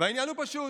והעניין הוא פשוט.